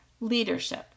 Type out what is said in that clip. leadership